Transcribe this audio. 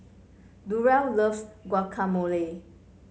Durell loves Guacamole